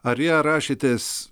ar ją rašėtės